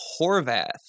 Horvath